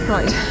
Right